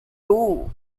too